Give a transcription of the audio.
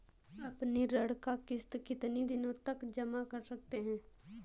अपनी ऋण का किश्त कितनी दिनों तक जमा कर सकते हैं?